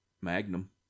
magnum